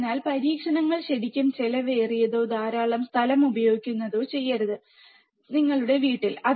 അതിനാൽ പരീക്ഷണങ്ങൾ ശരിക്കും ചെലവേറിയതോ ധാരാളം സ്ഥലം ഉപയോഗിക്കുന്നതോ ചെയ്യരുത് നിങ്ങളുടെ വീട്ടിൽ